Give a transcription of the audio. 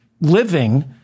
living